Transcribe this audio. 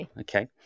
okay